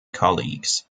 colleagues